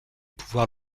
pouvoirs